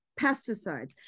pesticides